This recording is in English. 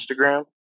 Instagram